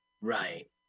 Right